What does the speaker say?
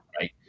right